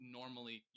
normally